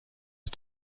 are